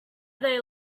they